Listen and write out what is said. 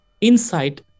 insight